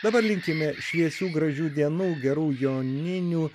dabar linkime šviesių gražių dienų gerų joninių